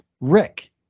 Rick